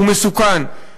הוא מסוכן.